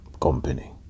company